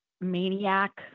maniac